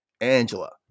Angela